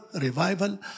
revival